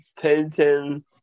painting